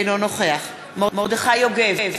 אינו נוכח מרדכי יוגב,